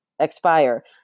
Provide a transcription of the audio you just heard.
expire